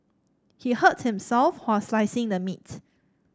he hurt himself while slicing the meat